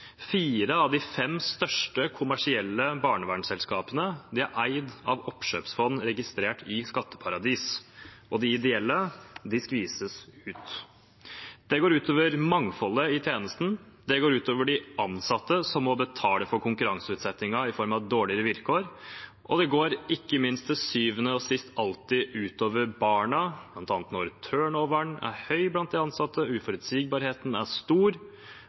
Fire av de fem største kommersielle barnevernsselskapene er eid av oppkjøpsfond registrert i skatteparadis, og de ideelle skvises ut. Det går ut over mangfoldet i tjenesten. Det går ut over de ansatte som må betale for konkurranseutsettingen i form av dårligere vilkår, og det går ikke minst til syvende og sist alltid ut over barna, bl.a. når turnoveren er høy blant de ansatte, uforutsigbarheten er stor,